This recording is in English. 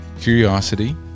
curiosity